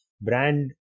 brand